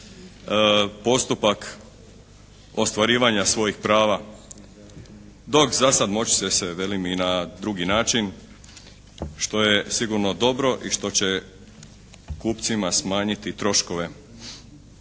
postupak ostvarivanja svojih prava, dok za sada moći će se velim i na drugi način što je sigurno dobro i što će kupcima smanjiti troškove.